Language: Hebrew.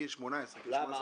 זה צריך להיות מגיל 18. למה?